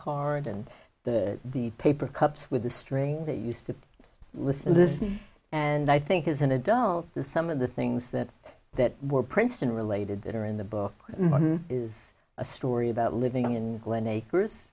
card and that the paper cups with a string that used to listen listen and i think as an adult the some of the things that that were princeton related that are in the book is a story about living in glen a